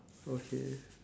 okay